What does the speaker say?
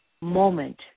moment